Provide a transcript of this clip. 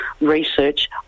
research